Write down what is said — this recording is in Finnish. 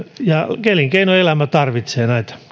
elinkeinoelämä tarvitsee näitä